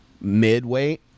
mid-weight